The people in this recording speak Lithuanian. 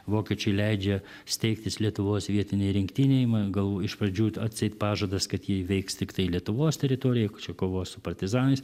vokiečiai leidžia steigtis lietuvos vietinei rinktinei gal iš pradžių atseit pažadas kad ji veiks tiktai lietuvos teritorijoj čia kovos su partizanais